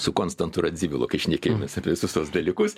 su konstantu radzivilu kai šnekėjomės apie visus tuos dalykus